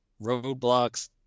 roadblocks